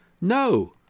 No